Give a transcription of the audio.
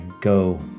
go